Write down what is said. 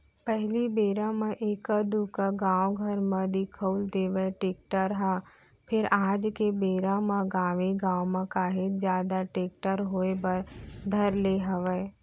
पहिली बेरा म एका दूका गाँव घर म दिखउल देवय टेक्टर ह फेर आज के बेरा म गाँवे गाँव म काहेच जादा टेक्टर होय बर धर ले हवय